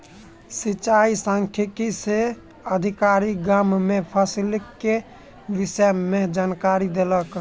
सिचाई सांख्यिकी से अधिकारी, गाम में फसिलक के विषय में जानकारी देलक